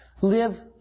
Live